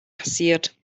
passiert